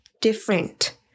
different